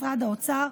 משרד האוצר,